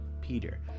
Peter